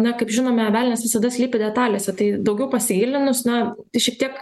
na kaip žinome velnias visada slypi detalėse tai daugiau pasigilinus na tai šiek tiek